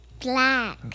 Black